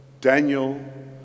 Daniel